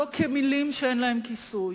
לא כמלים שאין להן כיסוי.